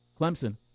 Clemson